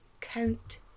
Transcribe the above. Count